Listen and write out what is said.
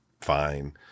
fine